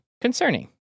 concerning